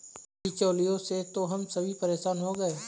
बिचौलियों से तो हम सभी परेशान हो गए हैं